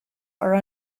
are